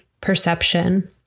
perception